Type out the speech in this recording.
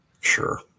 sure